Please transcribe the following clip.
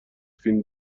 فیلم